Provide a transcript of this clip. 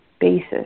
basis